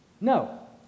No